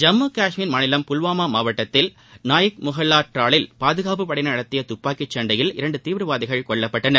ஜம்மு கஷ்மீர் மாநிவம் புல்வாமா மாவட்டத்தில் நாயக் முஹல்வா டிராலில் பாதுகாப்பு படையினர் நடத்திய தப்பாக்கி சண்டையில் இரண்டு தீவிரவாதிகள் கொல்லப்பட்டனர்